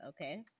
okay